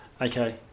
okay